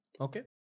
Okay